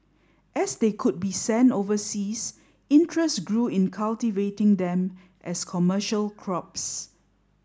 as they could be sent overseas interest grew in cultivating them as commercial crops